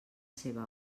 seva